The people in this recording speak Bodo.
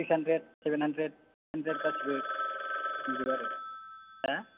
six hundred seven hundred eight hundred गासैबो दंजोबो आरो मा